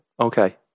Okay